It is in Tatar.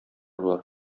болар